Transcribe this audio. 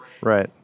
Right